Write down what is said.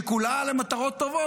שכולה למטרות טובות,